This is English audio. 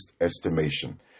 estimation